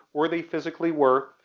where they physically were.